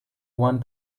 one